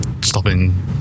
stopping